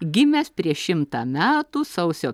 gimęs prieš šimtą metų sausio